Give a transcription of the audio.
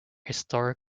historic